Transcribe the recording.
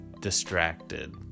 distracted